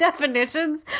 definitions